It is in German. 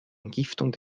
entgiftung